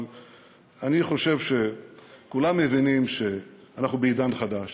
אני חושב שכולם מבינים שאנחנו בעידן חדש,